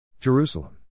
Jerusalem